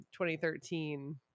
2013